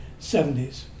70s